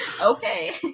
Okay